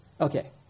Okay